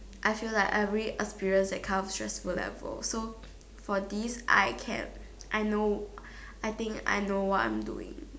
I feel like I already experience that kind of stressful level so for this I can I know I think I know what I'm doing